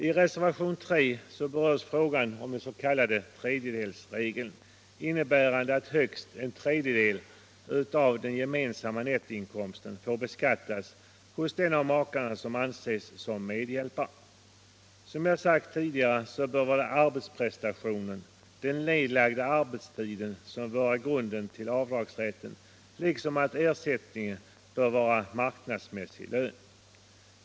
I reservationen 3 berörs frågan om den s.k. tredjedelsregeln, innebärande att högst en tredjedel av makarnas gemensamma nettoinkomst får beskattas hos den av makarna som anses som medhjälpare. Som jag 33 tidigare sagt bör grunden till avdragsrätten vara arbetsprestationen — den nedlagda arbetstiden — och att ersättningen utgörs av marknadsmässig lön.